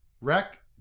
Wreck